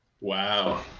Wow